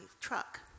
truck